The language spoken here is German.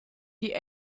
die